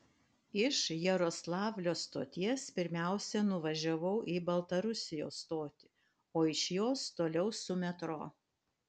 iš jaroslavlio stoties pirmiausia nuvažiavau į baltarusijos stotį o iš jos toliau su metro